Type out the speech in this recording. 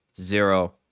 Zero